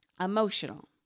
emotional